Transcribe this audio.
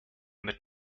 mit